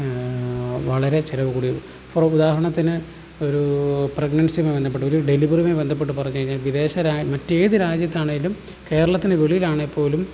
വളരെ ചിലവ് കൂടിയ കുറേ ഉദാഹരണത്തിന് ഒരൂ പ്രഗ്നൻസിയുമായി ബന്ധപ്പെട്ട് ഒരു ഡെലിവറിയുമായി ബന്ധപ്പെട്ട് പറഞ്ഞു കഴിഞ്ഞാൽ വിദേശ മറ്റ് ഏത് രാജ്യത്താണെങ്കിലും കേരളത്തിന് വെളിയിലാണെങ്കിൽ പോലും